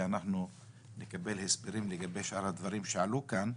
ואנחנו נקבל הסברים לגבי שאר הדברים שעלו כאן.